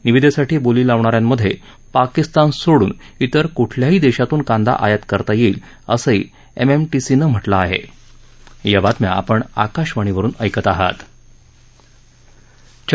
निविदेसाठी बोली लावणाऱ्यांमध्ये पाकिस्तान सोडून इतर क्ठल्याही देशातून कांदा ी यात करता येईल असंही एमएमटीसीनं म्हटलं ी हे